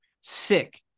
Sick